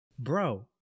Bro